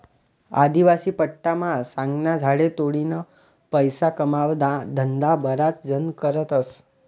आदिवासी पट्टामा सागना झाडे तोडीन पैसा कमावाना धंदा बराच जण करतस